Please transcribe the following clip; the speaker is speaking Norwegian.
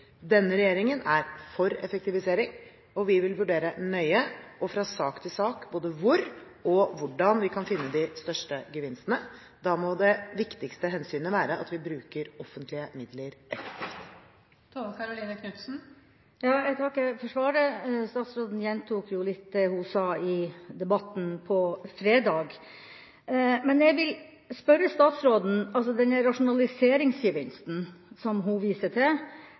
Denne regjeringen er for effektivisering, og vi vil vurdere nøye og fra sak til sak både hvor og hvordan vi kan finne de største gevinstene. Da må det viktigste hensynet være at vi bruker offentlige midler effektivt. Jeg takker for svaret. Statsråden gjentok jo litt det hun sa i debatten på fredag. Denne rasjonaliseringsgevinsten som hun viste til, bygger på den interne rapporten som